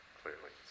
clearly